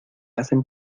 hacen